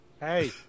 Hey